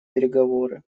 переговоры